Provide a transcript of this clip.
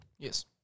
Yes